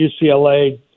UCLA